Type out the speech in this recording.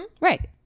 Right